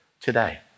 today